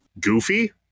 goofy